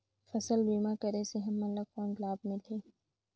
फसल बीमा करे से हमन ला कौन लाभ मिलही?